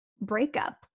breakup